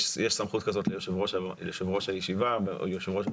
יש סמכות ליושב ראש הישיבה יש סמכות כזאת,